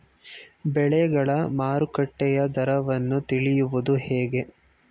ಬೆಳೆಗಳ ಮಾರುಕಟ್ಟೆಯ ದರವನ್ನು ತಿಳಿಯುವುದು ಹೇಗೆ?